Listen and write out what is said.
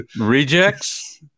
Rejects